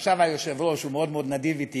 עכשיו היושב-ראש הוא מאוד מאוד נדיב אתי,